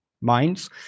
minds